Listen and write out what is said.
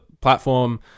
platform